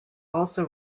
also